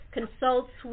consults